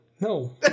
No